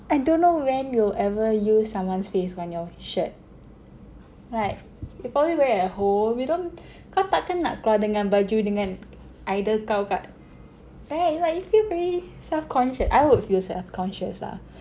I don't know I don't know when you'll ever use someone's face on your shirt like you'll probably wear it at home you don't kau tak kan nak keluar dengan baju dengan idol kau kat right like you feel very self-conscious I would feel self-conscious lah